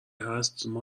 هست